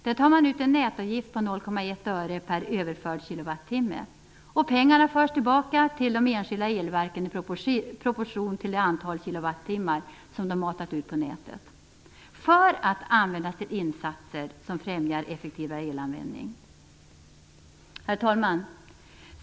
Där tar man ut en nätavgift av 0,1 öre per överförd kilowattimme. Pengarna förs tillbaka till de enskilda elverken i proportion till det antal kilowattimmar som de matat ut på nätet för att användas till insatser som främjar effektivare elanvändning. Herr talman!